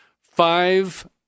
Five